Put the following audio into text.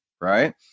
right